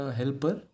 helper